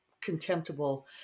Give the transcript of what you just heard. contemptible